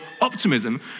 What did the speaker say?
optimism